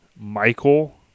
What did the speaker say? Michael